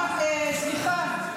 סליחה,